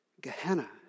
Gehenna